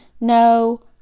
no